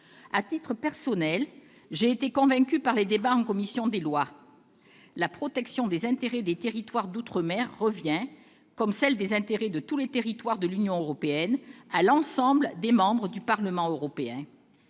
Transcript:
À titre personnel, j'ai été convaincue par les débats qui se sont déroulés en commission des lois : la protection des intérêts des territoires d'outre-mer revient, comme celle des intérêts de tous les territoires de l'Union européenne, à l'ensemble des membres du Parlement européen.